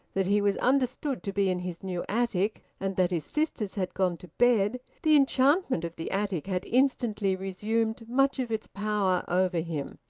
that he was understood to be in his new attic, and that his sisters had gone to bed, the enchantment of the attic had instantly resumed much of its power over him,